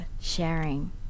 sharing